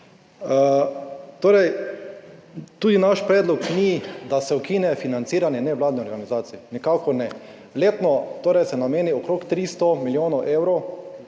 Torej, tudi naš predlog ni, da se ukine financiranje nevladne organizacije, nikakor ne. Letno torej se nameni okrog 300 milijonov evrov